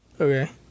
okay